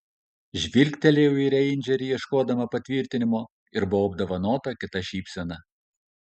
žvilgtelėjau į reindžerį ieškodama patvirtinimo ir buvau apdovanota kita šypsena